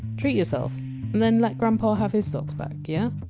treat yourself, and then let grandpa have his socks back, yeah?